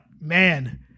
man